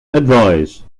advise